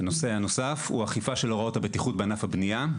הנושא השני הוא אכיפה של הוראות הבטיחות בענף הבנייה.